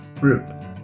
group